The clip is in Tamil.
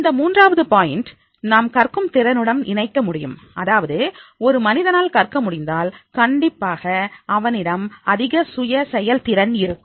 இந்த மூன்றாவது பாயிண்ட் நாம் கற்கும் திறனுடன் இணைக்க முடியும் அதாவது ஒரு மனிதனால் கற்க முடிந்தால் கண்டிப்பாக அவனிடம் அதிக சுய செயல்திறன் இருக்கும்